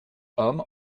hommes